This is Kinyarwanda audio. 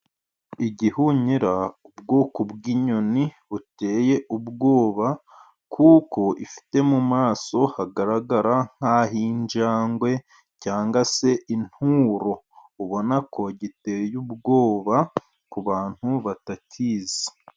Igihunyira ni ubwoko bw'inyoni buteye ubwoba. Kuko ifite mu maso hagaragara nk'aho injangwe cyangwa se inturu ubona ko giteye ubwoba ku bantu batakizi.